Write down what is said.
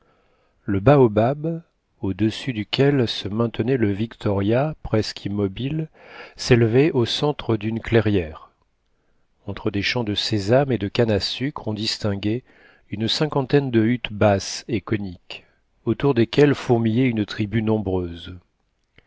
le baobab au-dessus duquel se maintenait le victoria presque immobile s'élevait au centre d'une clairière entre des champs de sésame et de cannes à sucre on distinguait une cinquantaine de huttes basses et coniques autour desquelles fourmillait une tribu nombreuse